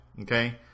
okay